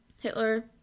Hitler